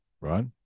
right